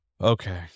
Okay